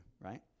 right